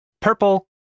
purple